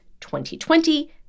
2020